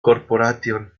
corporation